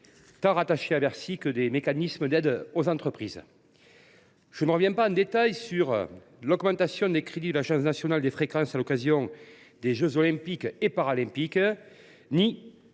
rattachés à Bercy que des mécanismes d’aide aux entreprises. Je ne reviens pas en détail sur l’augmentation des crédits de l’Agence nationale des fréquences à l’occasion des jeux Olympiques et Paralympiques ni